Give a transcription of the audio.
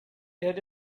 had